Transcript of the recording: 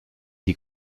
die